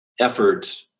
effort